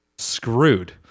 screwed